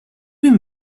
have